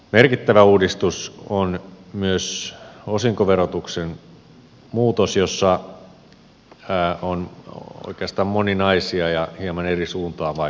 merkittävä uudistus on myös osinkoverotuksen muutos jossa on oikeastaan moninaisia ja hieman eri suuntaan vaikuttavia yksityiskohtia